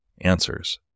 answers